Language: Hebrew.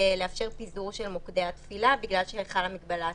לאלה שמעל גיל 60,